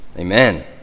Amen